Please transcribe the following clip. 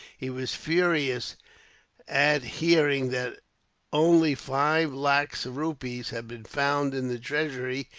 he was furious at hearing that only five lacs of rupees had been found in the treasury,